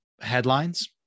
headlines